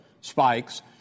spikes